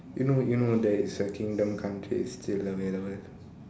you know you know there is a kingdom country still available